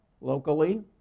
locally